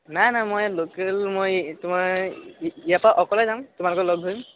নাই নাই মই লোকেল মই তোমাৰ ইয়াৰ পৰা অকলে যাম তোমালোকক লগ ধৰিম